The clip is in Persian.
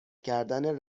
کردن